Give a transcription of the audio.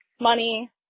money